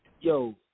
Yo